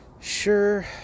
Sure